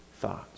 thoughts